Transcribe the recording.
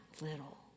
little